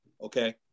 okay